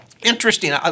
Interesting